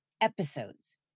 Episodes